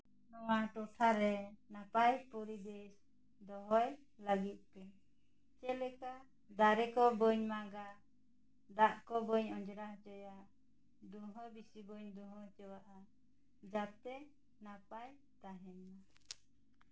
ᱱᱚᱶᱟ ᱴᱚᱴᱷᱟ ᱨᱮ ᱱᱟᱯᱟᱭ ᱯᱚᱨᱤᱵᱮᱥ ᱫᱚᱦᱚᱭ ᱞᱟᱹᱜᱤᱫ ᱛᱮ ᱡᱮᱞᱮᱠᱟ ᱫᱟᱨᱮ ᱠᱚ ᱵᱟᱹᱧ ᱢᱟᱜᱟ ᱫᱟᱜ ᱠᱚ ᱵᱟᱹᱧ ᱚᱸᱡᱨᱟ ᱦᱚᱪᱚᱭᱟ ᱫᱷᱩᱶᱟᱹ ᱵᱤᱥᱤ ᱵᱟᱹᱧ ᱫᱷᱩᱶᱟᱹ ᱦᱚᱪᱚᱣᱟᱜᱼᱟ ᱡᱟᱛᱮ ᱱᱟᱯᱟᱭ ᱛᱟᱦᱮᱱ ᱢᱟ